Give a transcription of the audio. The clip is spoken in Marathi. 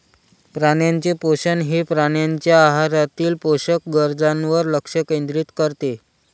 प्राण्यांचे पोषण हे प्राण्यांच्या आहारातील पोषक गरजांवर लक्ष केंद्रित करते